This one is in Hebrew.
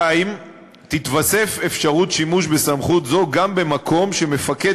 2. תתווסף אפשרות שימוש בסמכות זו גם במקום שמפקד